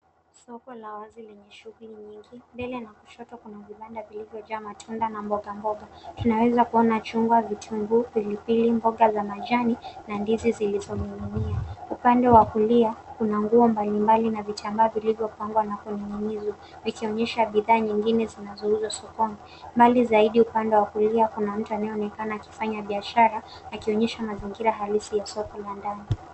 Soko la wazi lenye shughuli mingi. Mbele na kushoto kuna vibanda vilivyojaa matunda na mboga mboga. Tunaweza kuona chugwa, vitunguu, pilipili, mboga ya majani na ndizi zilizoning'inia. Upande wa kulia, kuna nguo mbalimbali na vitamba vilivyopangwa na kuninginizwa, vikionyesha bidhaa nyingine zinazouzwa sokoni. Mbali zaidi upande wa kulia, kuna mtu anayeonekana akifanya biashara, akionyesha mazingira halisi ya soko.